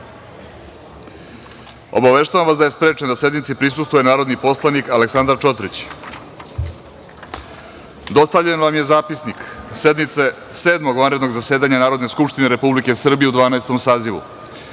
vas da je sprečen da sednici prisustvuje narodni poslanik Aleksandra Čotrić. Dostavljen vam je Zapisnik sednice Sedmog vanrednog zasedanja Narodne skupštine Republike Srbije u Dvanaestom